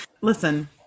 Listen